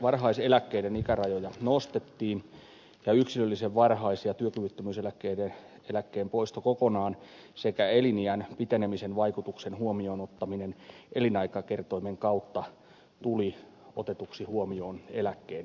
varhaiseläkkeiden ikärajoja nostettiin ja yksilöllisen varhais ja työkyvyttömyyseläkkeen poisto kokonaan sekä eliniän pitenemisen vaikutus elinaikakertoimen kautta tulivat otetuiksi huomioon eläkkeen määrässä